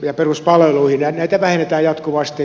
ja peruspalveluja vähennetään jatkuvasti